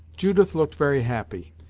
judith looked very happy.